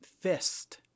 fist